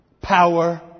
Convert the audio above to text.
power